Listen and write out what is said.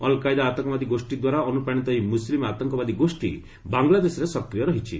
Al Qaeda ଆତଙ୍କବାଦୀ ଗୋଷ୍ଠୀ ଦ୍ୱାରା ଅନୁପ୍ରାଣୀତ ଏହି ମୁସଲିମ ଆତଙ୍କବାଦୀ ଗୋଷ୍ଠୀ ବାଂଲାଦେଶରେ ସକ୍ରୀୟ ରହିଛି